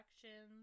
directions